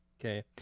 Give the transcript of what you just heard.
Okay